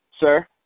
sir